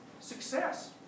success